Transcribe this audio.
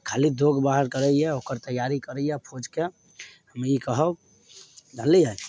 खाली दौग भाग करइए ओकर तैयारी करइए फौजके हम ई कहब जानलिए